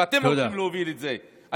ואתם הולכים להוביל את זה.